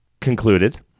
concluded